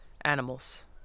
animals